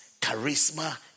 charisma